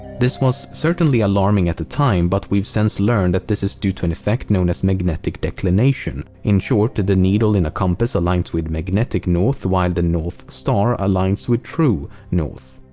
this was certainly alarming at the time but we've since learned that this is due to an effect known as magnetic declination. in short, the needle in a compass aligns with magnetic north while the north star aligns with true north.